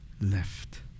left